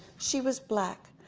she was black.